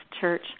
church